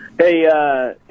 Hey